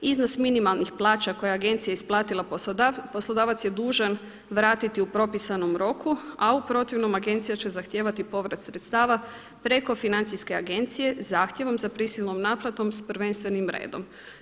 Iznos minimalnih plaća koje je agencija isplatila poslodavcu, poslodavac je dužan vratiti u propisanom roku a u protivnom agencija će zahtijevati povrat sredstava prijeko Financijske agencije zahtjevom za prisilnom naplatom s prvenstvenim redom.